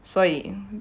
所以